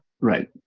right